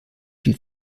viel